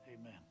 amen